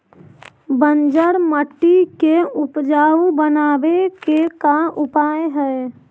बंजर मट्टी के उपजाऊ बनाबे के का उपाय है?